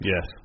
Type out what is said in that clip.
Yes